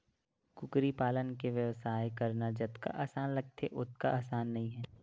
कुकरी पालन के बेवसाय करना जतका असान लागथे ओतका असान नइ हे